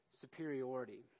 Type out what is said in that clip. superiority